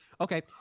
Okay